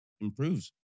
improves